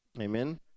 Amen